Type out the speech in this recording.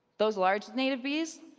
those large native bees,